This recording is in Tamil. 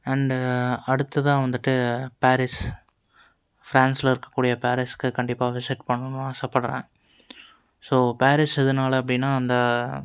அண்டு அடுத்ததாக வந்துட்டு பாரிஸ் ஃபிரான்ஸில் இருக்கக்கூடிய பாரிஸுக்கு கண்டிப்பாக விசிட் பண்ணணும்னு ஆசைப்பட்றேன் ஸோ பாரிஸ் எதனால் அப்படின்னா அந்த